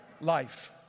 Life